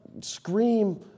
scream